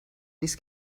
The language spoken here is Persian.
نیست